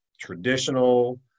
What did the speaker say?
traditional